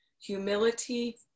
humility